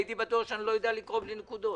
הייתי בטוח שאני לא יודע לקרוא בלי ניקוד.